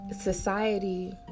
society